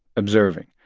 observing.